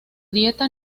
dieta